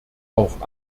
auch